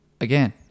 again